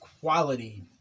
quality